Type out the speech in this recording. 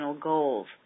goals